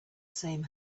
same